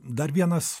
dar vienas